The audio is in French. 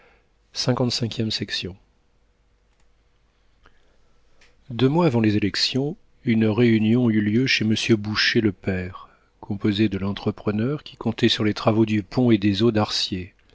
deux mois avant les élections une réunion eut lieu chez monsieur boucher le père composée de l'entrepreneur qui comptait sur les travaux du pont et des eaux d'arcier